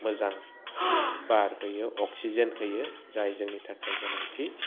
मोजां बार होयो अक्सिजेन होयो जाय जोंनि थाखाय गोनांथि